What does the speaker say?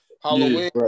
Halloween